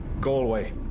Galway